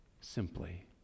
simply